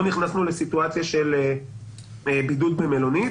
בידוד במלונית,